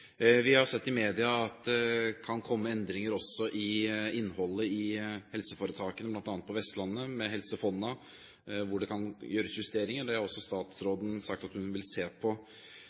Vi har sett i media at det kan komme endringer også i innholdet i helseforetakene, bl.a. på Vestlandet med Helse Fonna, hvor det kan gjøres justeringer. Det har også statsråden sagt at hun vil se på.